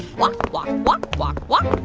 walk, walk, walk, walk, walk